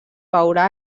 veurà